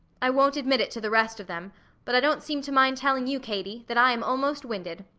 i won't admit it to the rest of them but i don't seem to mind telling you, katie, that i am almost winded.